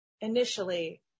initially